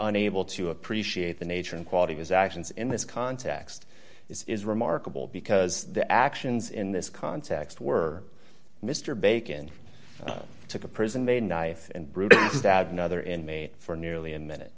nable to appreciate the nature and quality of his actions in this context is remarkable because the actions in this context were mr bacon took a prison made knife and brutally stabbed another inmate for nearly a minute